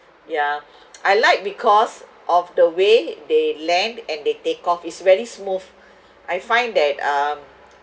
yeah I like because of the way they land and they take off it's very smooth I find that um